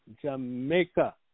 Jamaica